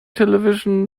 television